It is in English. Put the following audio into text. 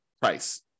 price